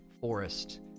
Forest